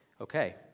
okay